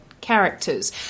characters